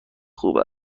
خوب